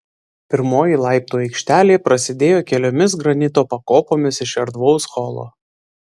pirmoji laiptų aikštelė prasidėjo keliomis granito pakopomis iš erdvaus holo